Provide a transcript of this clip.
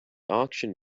auction